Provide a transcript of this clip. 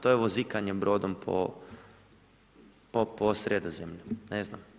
To je vozikanje brodom po Sredozemlju, ne znam.